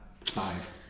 five